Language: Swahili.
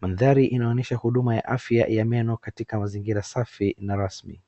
maandari inaonyesha huduma ya afya ya meno katika mazingira safi na rasmi.